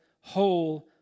whole